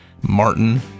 Martin